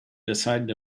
decided